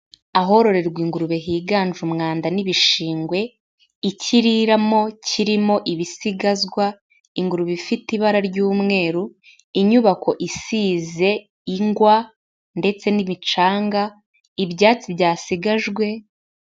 Ahororerwa ingurube higanje umwanda n'ibishingwe, ikiriramo kirimo ibisigazwa, ingurube ifite ibara ry'umweru, inyubako isize ingwa ndetse n'ibicanga, ibyatsi byasigajwe.